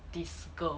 this girl